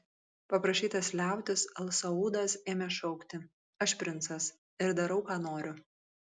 paprašytas liautis al saudas ėmė šaukti aš princas ir darau ką noriu